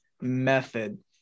method